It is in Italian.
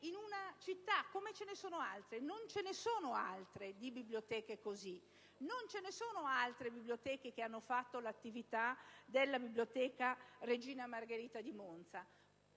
in una città, come ce ne sono altre. Invece, non ce ne sono altre di biblioteche così; non ci sono altre biblioteche che hanno svolto l'attività della Biblioteca «Regina Margherita» di Monza.